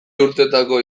urtetako